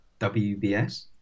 WBS